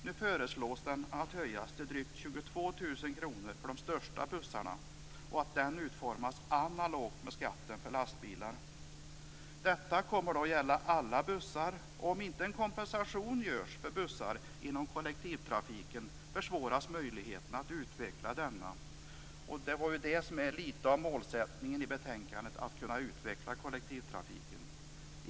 Nu föreslås att den höjs till drygt 22 000 kronor för de största bussarna och att den utformas analogt med skatten för lastbilar. Detta kommer att gälla alla bussar. Om inte en kompensation görs för bussar inom kollektivtrafiken försvåras möjligheten att utveckla denna. Det var ju litet av målsättningen i betänkandet att kunna utveckla kollektivtrafiken.